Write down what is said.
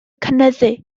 cynyddu